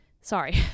Sorry